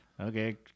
Okay